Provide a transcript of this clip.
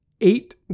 eight